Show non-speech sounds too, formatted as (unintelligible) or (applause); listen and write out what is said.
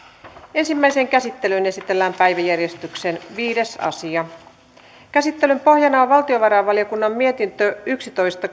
ensimmäiseen käsittelyyn esitellään päiväjärjestyksen viides asia käsittelyn pohjana on valtiovarainvaliokunnan mietintö yksitoista (unintelligible)